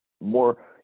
more